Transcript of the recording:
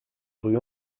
rue